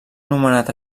nomenat